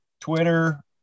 twitter